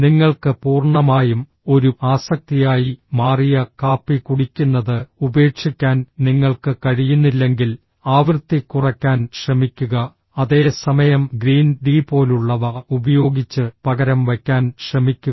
നിങ്ങൾക്ക് പൂർണ്ണമായും ഒരു ആസക്തിയായി മാറിയ കാപ്പി കുടിക്കുന്നത് ഉപേക്ഷിക്കാൻ നിങ്ങൾക്ക് കഴിയുന്നില്ലെങ്കിൽ ആവൃത്തി കുറയ്ക്കാൻ ശ്രമിക്കുക അതേ സമയം ഗ്രീൻ ടീ പോലുള്ളവ ഉപയോഗിച്ച് പകരം വയ്ക്കാൻ ശ്രമിക്കുക